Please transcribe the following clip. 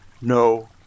no